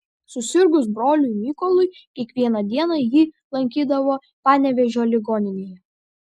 susirgus broliui mykolui kiekvieną dieną jį lankydavo panevėžio ligoninėje